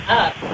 up